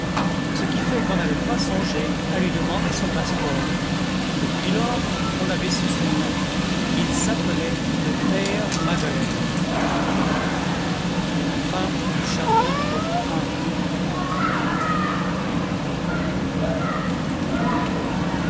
ce qui fait qu'on n'avait pas songé à lui demander son passeport depuis lors on avait su son nom il s'appelait le père madeleine chapitre ii